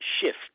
shift